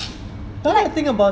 like